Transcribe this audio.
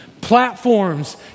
Platforms